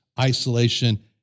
isolation